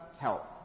help